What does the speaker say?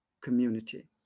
community